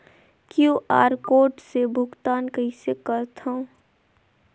QR code से भुगतान कइसे करथव?